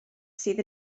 sydd